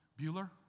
Bueller